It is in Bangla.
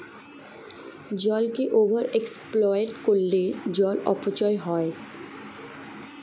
জলকে ওভার এক্সপ্লয়েট করলে জল অপচয় হয়